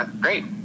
great